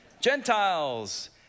Gentiles